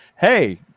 hey